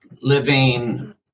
living